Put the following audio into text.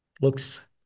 looks